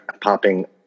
popping